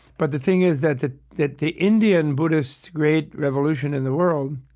but the thing is that the that the indian buddhist great revolution in the world,